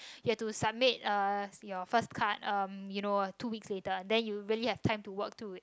you have to submit uh your first cut you know two weeks later then you really have time to work to it